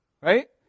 Right